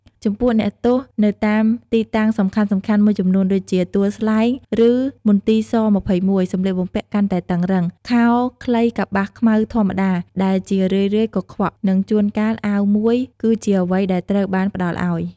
ចំពោះអ្នកទោសនៅតាមទីតាំងសំខាន់ៗមួយចំនួនដូចជា ទួលស្លែង ឬមន្ទី ស-២១ សម្លៀកបំពាក់កាន់តែតឹងរ៉ឹង ខោខ្លីកប្បាសខ្មៅធម្មតា ដែលជារឿយៗកខ្វក់ និងជួនកាលអាវមួយ គឺជាអ្វីដែលត្រូវបានផ្តល់ឱ្យ។